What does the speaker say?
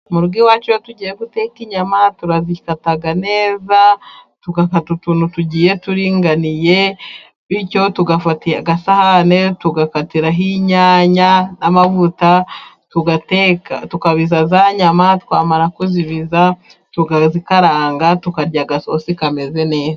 Mu rugo iwacu iyo tugiye guteka inyama turazikata neza tugakata utuntu tugiye turinganiye, bityo tugafata agasahane tugakatiraho inyanya, n'amavuta tugateka. Tukabiza za nyama, twamara kuzibiza, tukazikaranga tukarya agasosi kameze neza.